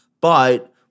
But-